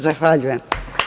Zahvaljuje.